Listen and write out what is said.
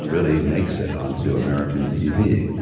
really makes it on to american tv,